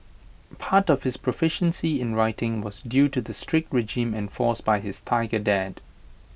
part of his proficiency in writing was due to the strict regime enforced by his Tiger dad